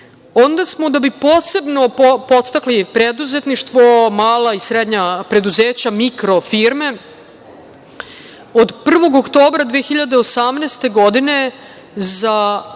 Onda smo da bi posebno podstakli preduzetništvo, mala i srednja preduzeća, mikrofirme, od 1. oktobra 2018. godine za